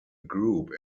group